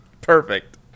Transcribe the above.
Perfect